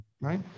right